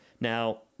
Now